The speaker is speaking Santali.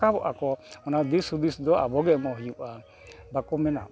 ᱨᱟᱠᱟᱵᱚᱜ ᱟᱠᱚ ᱚᱱᱟ ᱫᱤᱥᱼᱦᱩᱫᱤᱥ ᱫᱚ ᱟᱵᱚᱜᱮ ᱮᱢᱚᱜ ᱦᱩᱭᱩᱜᱼᱟ ᱵᱟᱠᱚ ᱢᱮᱱᱟ